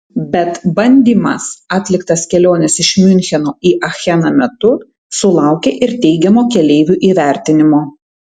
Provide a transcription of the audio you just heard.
bet bandymas atliktas kelionės iš miuncheno į acheną metu sulaukė ir teigiamo keleivių įvertinimo